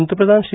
पंतप्रधान श्री